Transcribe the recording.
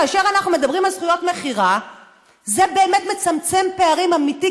כאשר אנחנו מדברים על זכויות מכירה זה באמת מצמצם פערים אמיתי,